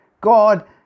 God